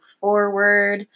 forward